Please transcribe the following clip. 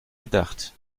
gedacht